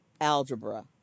algebra